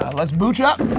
let's booch up.